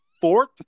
Fourth